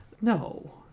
No